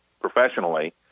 professionally